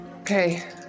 okay